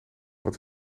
wat